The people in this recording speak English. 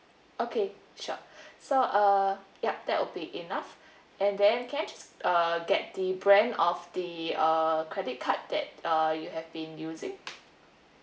okay sure so uh yup that would be enough and then can I just uh get the brand of the uh credit card that uh you have been using